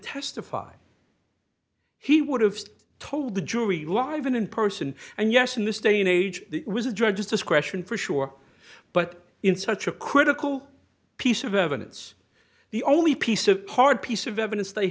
testify he would have told the jury live in in person and yes in this day and age it was a judge's discretion for sure but in such a critical piece of evidence the only piece of hard piece of evidence they